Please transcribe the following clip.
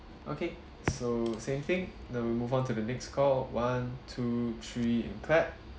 okay so same thing then we move on to the next call one two three and clap